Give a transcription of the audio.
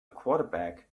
quarterback